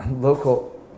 local